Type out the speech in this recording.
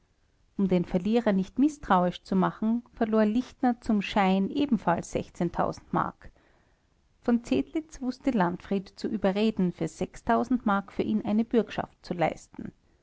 um den verlierer nicht mißtrauisch zu machen verlor lichtner zum schein ebenfalls mark v zedlitz wußte landfried zu überreden für mark für ihn bürgschaft zu leisten